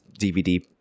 DVD